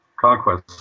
conquest